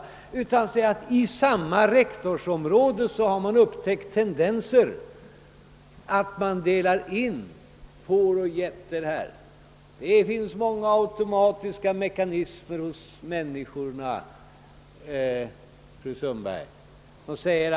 Däremot har man i samma rektorsområde upptäckt tendenser till indelning i får och getter. Det finns många automatiska mekanismer hos människorna, fru Sundberg.